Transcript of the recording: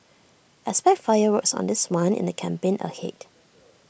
expect fireworks on this one in the campaign ahead